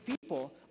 people